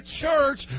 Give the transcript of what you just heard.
church